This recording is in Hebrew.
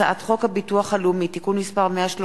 הצעת חוק הביטוח הלאומי (תיקון מס' 130)